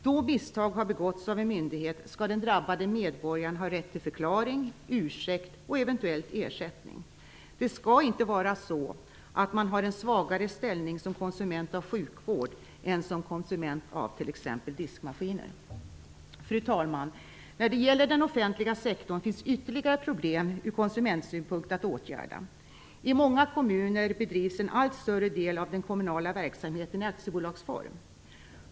Då misstag begåtts av en myndighet skall den drabbade medborgaren ha rätt till förklaring och ursäkt och eventuellt ersättning. Det skall inte vara så, att man har en svagare ställning som konsument av sjukvård än som konsument av t.ex. Fru talman! När det gäller den offentliga sektorn finns ytterligare problem ur kosumentsynpunkt att åtgärda. I många kommuner bedrivs en allt större del av den kommunala verksamheten i aktiebolagsform.